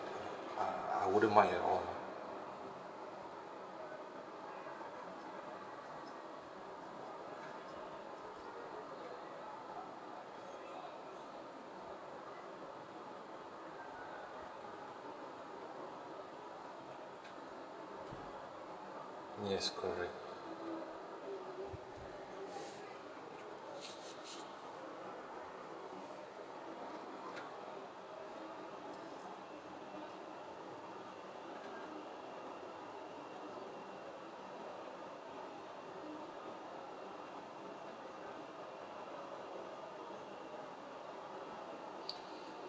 I wouldn't mind at all lah yes correct